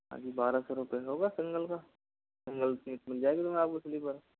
हाँ जी बारह सौ रुपए होगा सिंगल का सिंगल सींट मिल जाएगी आपको स्लीपर